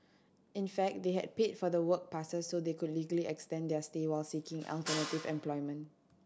in fact they had paid for the work passes so they could legally extend their stay while seeking alternative employment